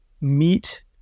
meet